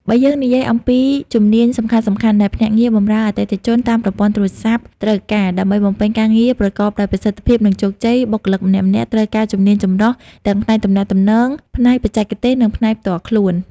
បើយើងនិយាយអំពីជំនាញសំខាន់ៗដែលភ្នាក់ងារបម្រើអតិថិជនតាមប្រព័ន្ធទូរស័ព្ទត្រូវការ ដើម្បីបំពេញការងារប្រកបដោយប្រសិទ្ធភាព និងជោគជ័យ បុគ្គលិកម្នាក់ៗត្រូវការជំនាញចម្រុះទាំងផ្នែកទំនាក់ទំនង ផ្នែកបច្ចេកទេស និងផ្នែកផ្ទាល់ខ្លួន។